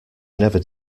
never